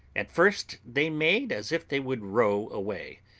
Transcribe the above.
at first they made as if they would row away,